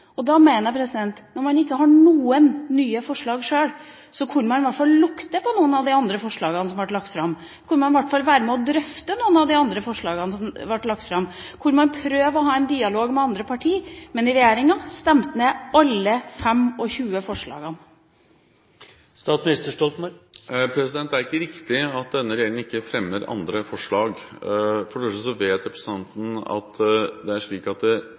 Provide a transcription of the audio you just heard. Når man ikke har noen nye forslag sjøl, kunne man i hvert fall lukte på noen av de andre forslagene som ble lagt fram, så kunne man i hvert fall være med og drøfte noen av de andre forslagene som ble lagt fram, så kunne man prøve å ha en dialog med andre partier. Men regjeringa stemte ned alle de 25 forslagene. Det er ikke riktig at denne regjeringen ikke fremmer andre forslag. For det første vet representanten at